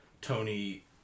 Tony